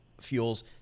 fuels